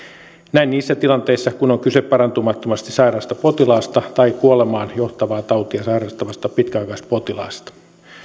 näin on niissä tilanteissa kun on kyse parantumattomasti sairaasta potilaasta tai kuolemaan johtavaa tautia sairastavasta pitkäaikaispotilaasta